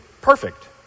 Perfect